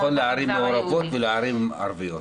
זה נכון לערים מעורבות ולערים ערביות.